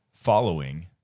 following